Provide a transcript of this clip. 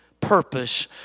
purpose